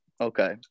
Okay